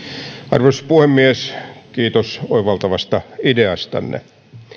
arvoisa puhemies kiitos oivaltavasta ideastanne